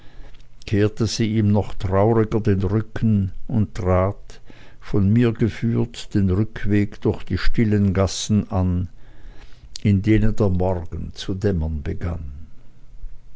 kehrte sie ihm noch trauriger den rücken und trat von mir geführt den rückweg durch die stillen gassen an in denen der morgen zu dämmern begann